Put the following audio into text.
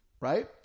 Right